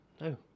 No